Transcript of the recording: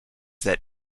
that